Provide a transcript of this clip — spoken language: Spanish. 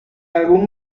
algún